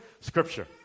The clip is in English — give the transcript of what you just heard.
scripture